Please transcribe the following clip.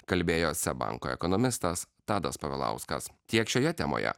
kalbėjo seb banko ekonomistas tadas povilauskas tiek šioje temoje